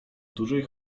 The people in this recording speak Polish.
dużej